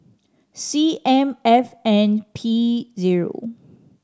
C M F N P zero